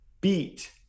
beat